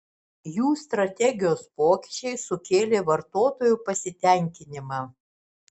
jų strategijos pokyčiai sukėlė vartotojų pasitenkinimą